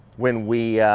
when we, ah,